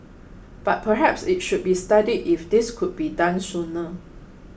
but perhaps it should be studied if this could be done sooner